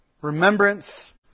remembrance